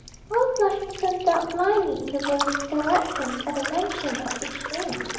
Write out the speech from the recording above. poor flushington ducked blindly in the various directions at the mention of each name,